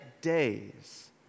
days